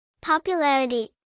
Popularity